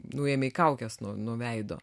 nuėmei kaukes nuo nuo veido